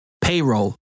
Payroll